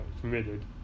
committed